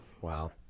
Wow